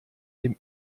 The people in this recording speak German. dem